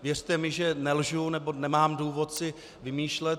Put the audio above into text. Věřte mi, že nelžu nebo nemám důvod si vymýšlet.